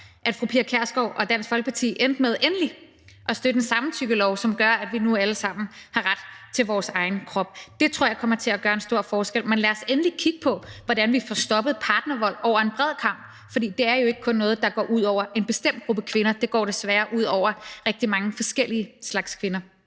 at fru Pia Kjærsgaard og Dansk Folkeparti endte med endelig at støtte en samtykkelov, som gør, at vi nu alle sammen har ret til vores egen krop. Det tror jeg kommer til at gøre en stor forskel, men lad os endelig kigge på, hvordan vi får stoppet partnervold over en bred kam, for det er jo ikke kun noget, der går ud over en bestemt gruppe kvinder. Det går desværre ud over mange forskellige slags kvinder.